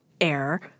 Air